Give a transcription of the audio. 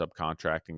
subcontracting